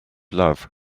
love